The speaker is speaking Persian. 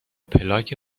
پلاک